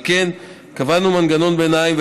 על כן קבענו מנגנון ביניים,